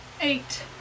Eight